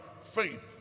faith